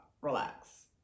relax